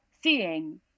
seeing